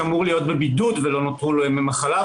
שאמור להיות בבידוד ולא נותרו לו ימי מחלה,